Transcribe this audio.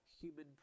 human